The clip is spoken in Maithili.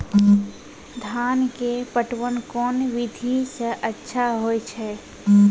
धान के पटवन कोन विधि सै अच्छा होय छै?